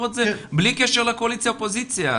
את זה בלי קשר לקואליציה ולאופוזיציה.